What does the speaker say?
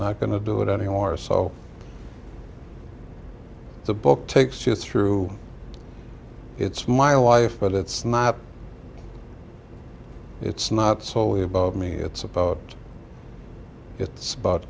not going to do it anymore so the book takes you through it's my life but it's not it's not solely about me it's about it's about